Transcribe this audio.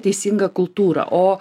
teisinga kultūra o